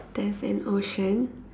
there's an ocean